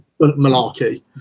malarkey